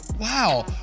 wow